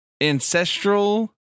Ancestral